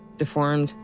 deformed,